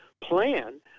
plan